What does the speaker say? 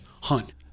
hunt